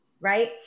right